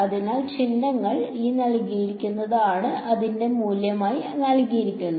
അതിനാൽ ചിഹ്നങ്ങൾ ആണ് അതിന്റെ മൂല്യം നൽകിയിരിക്കുന്നത്